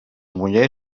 muller